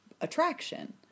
attraction